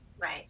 right